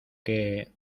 que